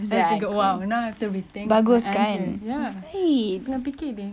as you got !wow! now after we think ya masa tengah fikir ni